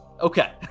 Okay